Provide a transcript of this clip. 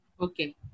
Okay